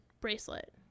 bracelet